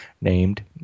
named